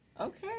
Okay